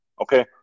okay